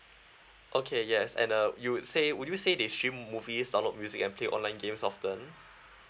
okay yes and uh you would say would you say that you stream movies download music and play online games often